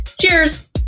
Cheers